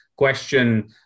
question